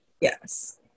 Yes